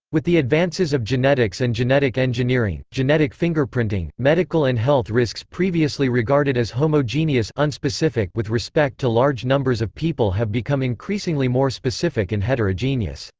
with the advances of genetics and genetic engineering genetic fingerprinting medical and health risks previously regarded as homogeneous and with respect to large numbers of people have become increasingly more specific and heterogeneous.